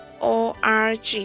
org